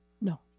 No